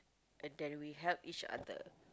and that we help each other